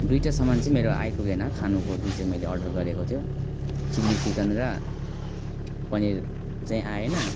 दुइटा समान चाहिँ मेरो आइपुगेन खानुको जुन चाहिँ मैले अर्डर गरेको थियो चिल्ली चिकन र पनिर चाहिँ आएन